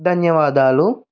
ధన్యవాదాలు